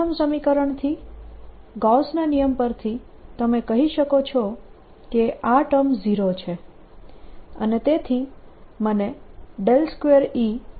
પ્રથમ સમીકરણથી ગૌસનો નિયમ પરથી તમે કહી શકો કે આ ટર્મ 0 છે